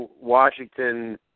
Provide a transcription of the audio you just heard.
Washington